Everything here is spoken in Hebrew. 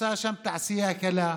ותמצא שם תעשייה קלה.